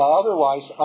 otherwise